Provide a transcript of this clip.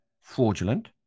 fraudulent